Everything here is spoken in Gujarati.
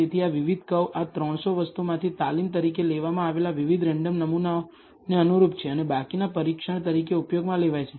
તેથી આ વિવિધ કર્વ આ 300 વસ્તુમાંથી તાલીમ તરીકે લેવામાં આવેલા વિવિધ રેન્ડમ નમૂનાઓને અનુરૂપ છે અને બાકીના પરીક્ષણ તરીકે ઉપયોગમાં લેવાય છે